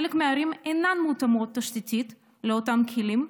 חלק מהערים אינן מותאמות תשתיתית לאותם כלים,